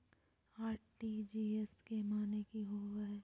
RTGS के माने की होबो है?